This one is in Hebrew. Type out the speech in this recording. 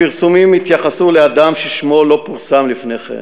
הפרסומים התייחסו לאדם ששמו לא פורסם לפני כן,